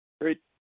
Great